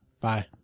Bye